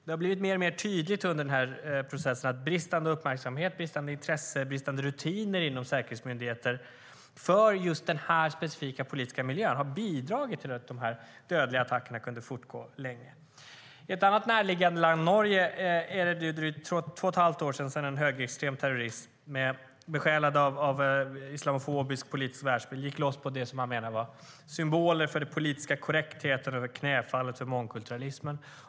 Det har blivit mer och mer tydligt under den här processen att bristande uppmärksamhet, bristande intresse och bristande rutiner inom säkerhetsmyndigheter när det gäller den här specifika politiska miljön har bidragit till att de dödliga attackerna kunnat fortgå länge. Det finns ett annat närliggande land: Norge. Det är nu drygt två och ett halvt år sedan en högerextrem terrorist, besjälad av en islamofobisk politisk världsbild, gick loss på det som han menade var symboler för den politiska korrektheten och knäfallet för mångkulturalismen.